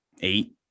eight